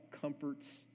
comforts